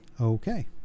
okay